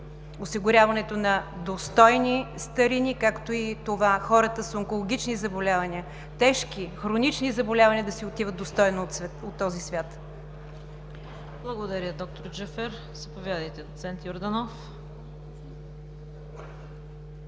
осигуряването на достойни старини, както и това хората с онкологични заболявания, тежки, хронични заболявания да си отиват достойно от този свят. ПРЕДСЕДАТЕЛ ЦВЕТА КАРАЯНЧЕВА: Благодаря, д р Джафер. Заповядайте, доцент Йорданов.